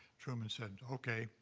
truman said, okay,